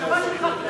המחשבה שלך,